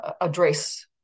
address